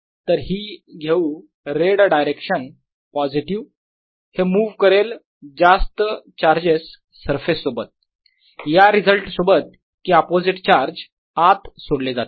तर ही घेऊ रेड डायरेक्शन पॉझिटिव्ह हे मुव्ह करेल जास्त चार्जेस सरफेस सोबत या रिजल्ट सोबत की अपोझिट चार्ज आत सोडले जातील